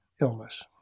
illness